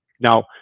now